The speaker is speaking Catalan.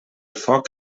foc